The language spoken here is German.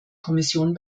kommission